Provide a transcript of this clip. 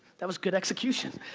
that was good execution.